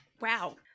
Wow